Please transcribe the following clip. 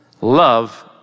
Love